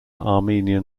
armenian